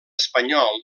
espanyol